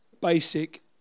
basic